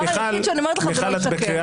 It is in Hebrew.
הדבר היחיד שאני אומרת לך זה לא לשקר.